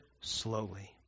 slowly